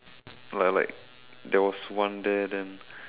like like there was one there then